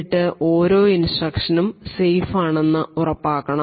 എന്നിട്ട് ഓരോ ഇൻസ്ട്രക്ഷൻ ഉം സേഫ് ആണെന്ന് ഉറപ്പാക്കണം